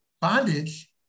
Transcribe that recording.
bondage